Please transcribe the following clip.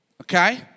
Okay